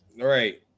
Right